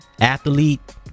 Athlete